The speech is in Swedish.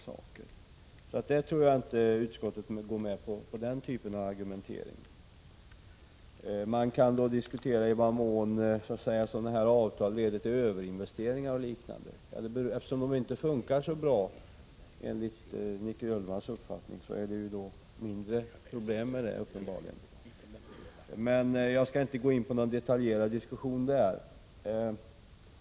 Jag tror således inte att utskottet stöder den typen av argumentering. Man kan diskutera i vad mån sådana här avtal leder till överinvesteringar o.d. Men eftersom avtalen enligt Nic Grönvalls uppfattning inte fungerar så bra, är det uppenbarligen mindre problem i det avseendet. Jag skall inte gå in i någon mera detaljerad diskussion i det sammanhanget.